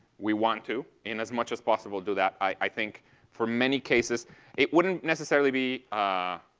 we want to, in as much as possible, do that. i think for many cases it wouldn't necessarily be